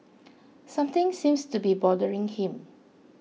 something seems to be bothering him